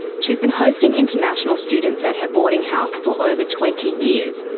she's been hosting international students at her boarding house for over twenty years,